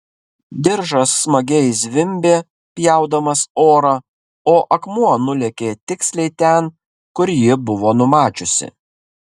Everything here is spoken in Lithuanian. diržas smagiai zvimbė pjaudamas orą o akmuo nulėkė tiksliai ten kur ji buvo numačiusi